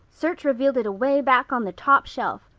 search revealed it away back on the top shelf.